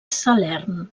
salern